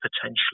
potentially